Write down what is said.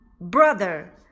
Brother